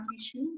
issue